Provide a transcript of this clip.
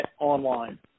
online